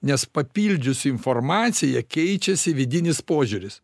nes papildžius informaciją keičiasi vidinis požiūris